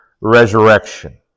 resurrection